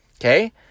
okay